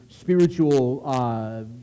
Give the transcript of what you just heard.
spiritual